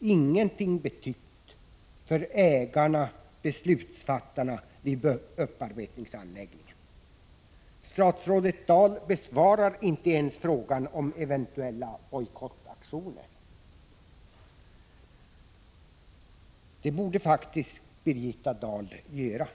ingenting har betytt för ägarna/beslutsfattarna vid upparbetningsanläggningen? Statsrådet Dahl besvarar inte ens frågan om eventuella bojkottaktioner. Det borde faktiskt Birgitta Dahl göra.